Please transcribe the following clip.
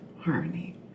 harmony